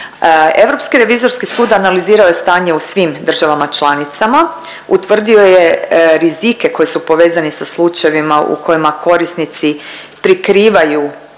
Europski revizorski sud analizirao je stanje u svim državama članicama, utvrdio je rizike koji su povezani sa slučajevima u kojima korisnici prikrivaju